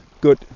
good